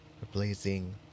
replacing